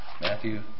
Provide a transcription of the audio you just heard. Matthew